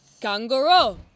kangaroo